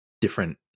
different